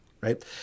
right